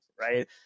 right